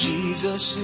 Jesus